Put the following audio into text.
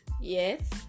yes